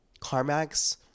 CarMax